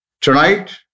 Tonight